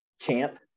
champ